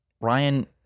Ryan